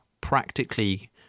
practically